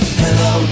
hello